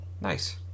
nice